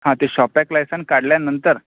हां ते shop act licence काढल्यानंतर